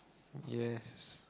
yes